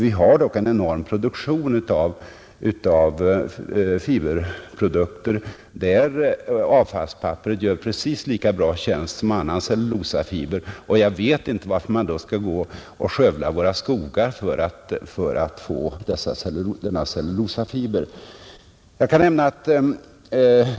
Vi har dock en enorm produktion av fiberprodukter, där avfallspapperet gör precis lika bra tjänst som annan cellullosafiber. Varför skall man då skövla våra skogar för att få detta råmaterial?